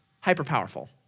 hyper-powerful